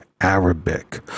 Arabic